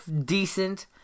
decent